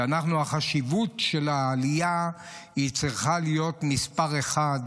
החשיבות של העלייה צריכה להיות מס' אחת